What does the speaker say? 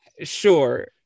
sure